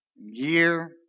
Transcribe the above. Year